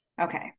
Okay